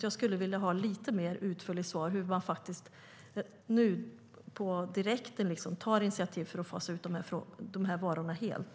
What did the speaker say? Jag skulle vilja ha ett lite mer utförligt svar om hur regeringen nu på direkten tar initiativ för att fasa ut dessa varor helt.